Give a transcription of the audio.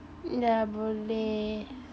dah boleh off